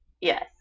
yes